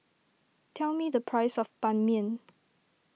tell me the price of Ban Mian